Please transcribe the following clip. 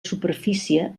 superfície